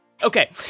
Okay